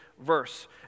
verse